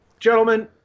Gentlemen